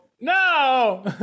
no